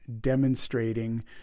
demonstrating